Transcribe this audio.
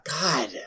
God